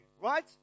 right